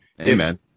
Amen